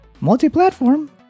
Multi-platform